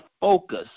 focus